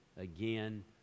again